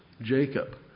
Jacob